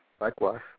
Likewise